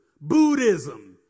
Buddhism